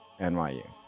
NYU